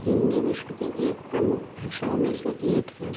हिन्दी विश्व की एक प्रमुख भाषाओं में से एक हैं